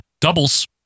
doubles